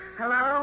hello